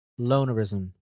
Lonerism